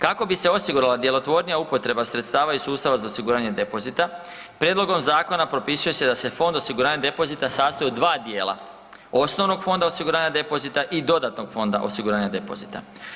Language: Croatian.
Kako bi se osigurala djelotvornija upotreba sredstava i sustava za osiguranje depozita, prijedlogom zakona propisuje se da se fond osiguranja depozita sastoji od 2 dijela, osnovnog fonda osiguranja depozita i dodatnog fonda osiguranja depozita.